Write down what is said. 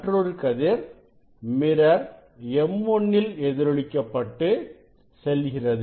மற்றொரு கதிர் mirror M1 ல் எதிரொலிக்க பட்டு செல்கிறது